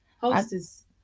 Hostess